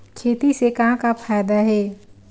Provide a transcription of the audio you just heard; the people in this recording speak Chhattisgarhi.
खेती से का का फ़ायदा हे?